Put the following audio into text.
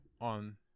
on